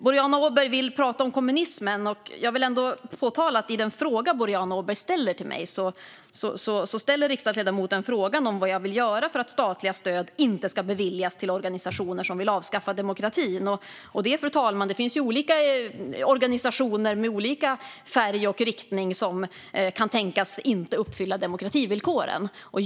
Boriana Åberg vill prata om kommunismen. Jag vill påpeka att i sin interpellation ställer riksdagsledamoten frågan till mig vad jag vill göra för att statliga stöd inte ska beviljas till organisationer som vill avskaffa demokratin. Det finns, fru talman, olika organisationer med olika färg och riktning som kan tänkas inte uppfylla demokrativillkoren.